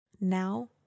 Now